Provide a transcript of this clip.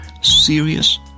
Serious